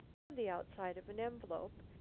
on the outside of an envelope,